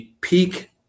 peak